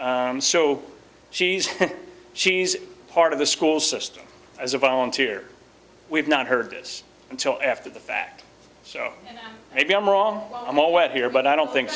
constantly so she's she's part of the school system as a volunteer we've not heard of this until after the fact so maybe i'm wrong i'm all wet here but i don't think